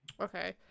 Okay